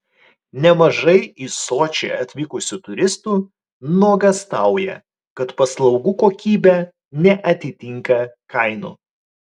nemažai į sočį atvykusių turistų nuogąstauja kad paslaugų kokybė neatitinka kainų